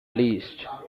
least